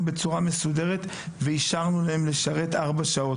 בצורה מסודרת ואישרנו להם לשרת ארבע שעות.